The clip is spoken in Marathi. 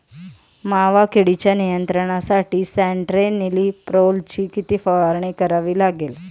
मावा किडीच्या नियंत्रणासाठी स्यान्ट्रेनिलीप्रोलची किती फवारणी करावी लागेल?